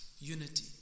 unity